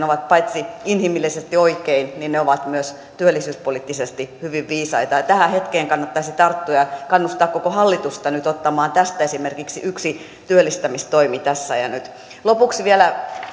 ovat paitsi inhimillisesti oikein myös työllisyyspoliittisesti hyvin viisaita ja tähän hetkeen kannattaisi tarttua ja kannustaa koko hallitusta nyt ottamaan tästä esimerkiksi yksi työllistämistoimi tässä ja nyt lopuksi vielä